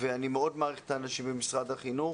ואני מאוד מעריך את האנשים במשרד החינוך.